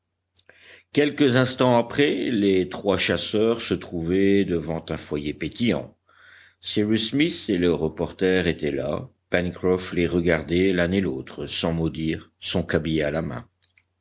quelques instants après les trois chasseurs se trouvaient devant un foyer pétillant cyrus smith et le reporter étaient là pencroff les regardait l'un et l'autre sans mot dire son cabiai à la main